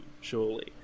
surely